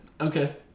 Okay